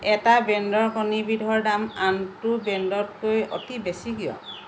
এটা ব্ৰেণ্ডৰ কণীবিধৰ দাম আনটো ব্ৰেণ্ডতকৈ অতি বেছি কিয়